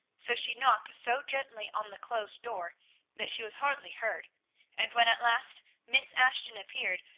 so she knocked so gently on the closed door that she was hardly heard and when at last miss ashton appeared,